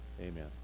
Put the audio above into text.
Amen